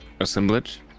assemblage